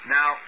Now